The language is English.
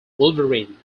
wolverine